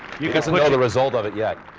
you know the result of it yet.